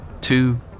two